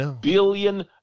billion